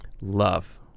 Love